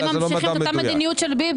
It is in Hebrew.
הם ממשיכים את אותה מדיניות של ביבי,